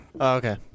Okay